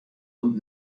und